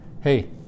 hey